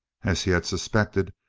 as he had suspected,